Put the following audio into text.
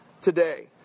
today